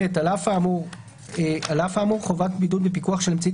(ב) על אף האמור חובת בידוד בפיקוח של אמצעי